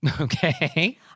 Okay